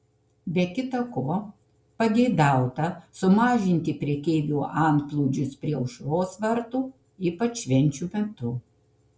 be kita ko pageidauta sumažinti prekeivių antplūdžius prie aušros vartų ypač švenčių metu